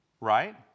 right